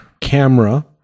camera